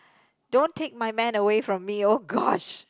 don't take my man away from me oh gosh